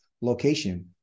location